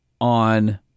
on